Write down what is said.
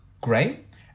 great